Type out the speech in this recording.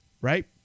right